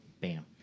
Bam